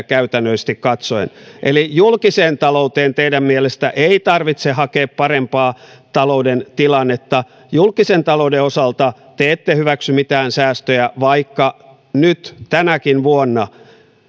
käytännöllisesti katsoen eli julkiseen talouteen teidän mielestänne ei tarvitse hakea parempaa talouden tilannetta julkisen talouden osalta te ette hyväksy mitään säästöjä vaikka nyt tänäkin vuonna